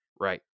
right